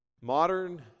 Modern